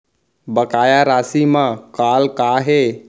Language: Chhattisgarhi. बकाया राशि मा कॉल का हे?